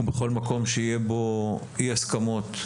ובכל מקום שיהיה בו אי הסכמות,